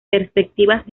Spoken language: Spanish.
perspectivas